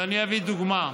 ואני אביא דוגמה: